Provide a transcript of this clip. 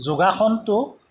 যোগাসনটো